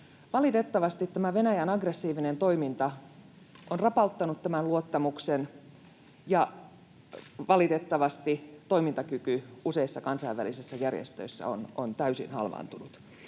Valitettavasti tämä Venäjän aggressiivinen toiminta on rapauttanut tämän luottamuksen, ja valitettavasti toimintakyky useissa kansainvälisissä järjestöissä on täysin halvaantunut.